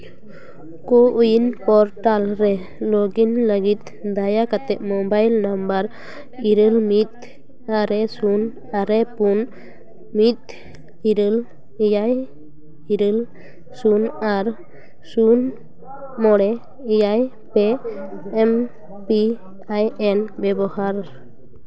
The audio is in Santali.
ᱠᱳ ᱩᱭᱤᱱ ᱯᱳᱨᱴᱟᱞ ᱨᱮ ᱞᱚᱜ ᱤᱱ ᱞᱟᱹᱜᱤᱫ ᱫᱟᱭᱟ ᱠᱟᱛᱮᱫ ᱢᱳᱵᱟᱭᱤᱞ ᱱᱟᱢᱵᱟᱨ ᱤᱨᱟᱹᱞ ᱢᱤᱫ ᱟᱨᱮ ᱥᱩᱱ ᱟᱨᱮ ᱯᱩᱱ ᱢᱤᱫ ᱤᱨᱟᱹᱞ ᱮᱭᱟᱭ ᱤᱨᱟᱹᱞ ᱥᱩᱱ ᱟᱨ ᱥᱩᱱ ᱢᱚᱬᱮ ᱮᱭᱟᱭ ᱯᱮ ᱮᱢ ᱯᱤ ᱟᱭ ᱮᱱ ᱵᱮᱵᱚᱦᱟᱨ